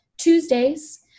Tuesdays